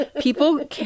People